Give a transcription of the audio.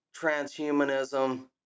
transhumanism